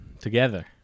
Together